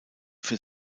für